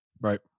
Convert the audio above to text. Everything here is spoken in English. Right